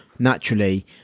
Naturally